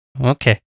okay